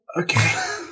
Okay